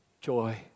joy